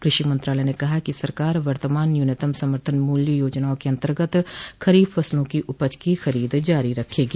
कृषि मंत्रालय ने कहा है कि सरकार वर्तमान न्यूनतम समर्थन मूल्य योजनाओं के अंतर्गत खरीफ फसलों की उपज की खरीद जारी रखेगी